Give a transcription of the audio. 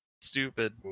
stupid